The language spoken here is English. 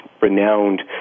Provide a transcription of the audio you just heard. renowned